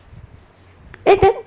eh then